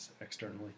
externally